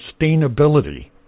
sustainability